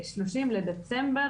בשלושים לדצמבר,